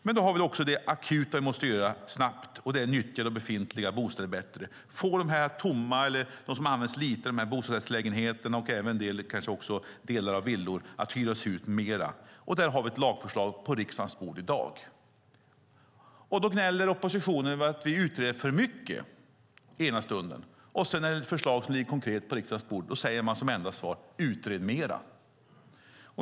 Därtill har vi det akuta vi måste göra snabbt, och det är att nyttja befintliga bostäder bättre, att få de tomma bostadsrättslägenheterna eller de som används lite och även delar av villor att hyras ut mer. Där har vi ett lagförslag på riksdagens bord i dag. Oppositionen gnäller ena stunden över att vi utreder för mycket men när ett konkret förslag ligger på riksdagens bord säger man som enda svar: Utred mer!